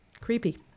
creepy